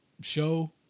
show